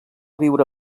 viure